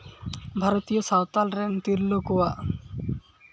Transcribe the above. ᱵᱷᱟᱨᱚᱛᱤᱭᱚ ᱥᱟᱱᱛᱟᱲ ᱨᱮᱱ ᱛᱤᱨᱞᱟᱹ ᱠᱚᱣᱟᱜ